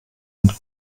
und